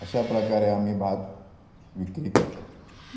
अशा प्रकारे आम्ही भात विक्री करतो